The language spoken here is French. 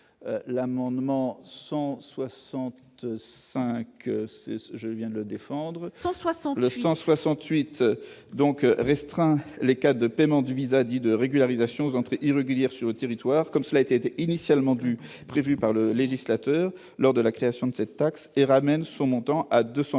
défendre 160 168 donc restreint les cartes de paiement du VISA dit de régularisation, entrée irrégulière sur le territoire, comme cela était initialement du prévue par le législateur lors de la création de cette taxe et ramène son montant à 220